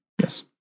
Yes